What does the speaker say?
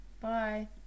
Bye